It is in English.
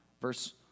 Verse